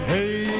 Hey